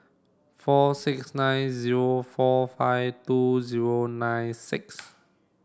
four six nine zero four five two zero nine six